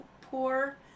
poor